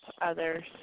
others